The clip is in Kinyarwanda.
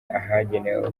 ahagenewe